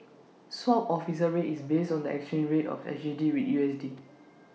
swap offer rate is based on the exchange rate of S G D with U S D